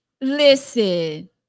Listen